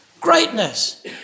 greatness